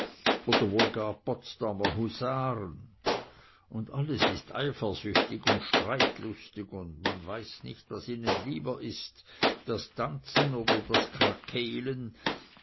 oder wohl gar potsdamer husaren und alles ist eifersüchtig und streitlustig und man weiß nicht was ihnen lieber ist das tanzen oder das